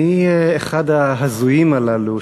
אני אחד ההזויים הללו,